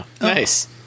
nice